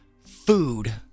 food